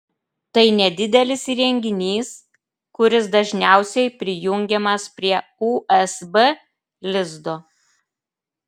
tai nedidelis įrenginys kuris dažniausiai prijungiamas prie usb lizdo